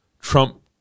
Trump